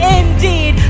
indeed